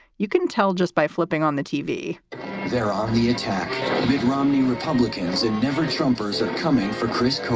you can tell just by flipping on the tv there on the attack, mitt romney, republicans and never shrimpers are coming for kris